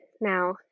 now